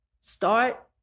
Start